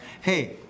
hey